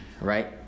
right